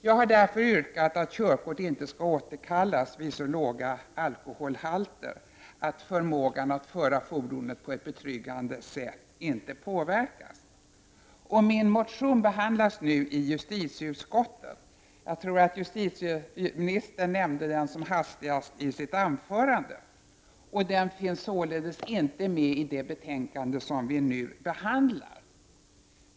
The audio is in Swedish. Jag har därför yrkat att körkort inte skall återkallas vid så låga alkoholhalter att förmågan att föra fordonet på ett betryggande sätt inte påverkas. Min motion behandlas nu i justitieutskottet — jag tror att justitieministern nämnde den som hastigast i sitt anförande — och den finns således inte med i det betänkande som kammaren nu har att ta ställning till.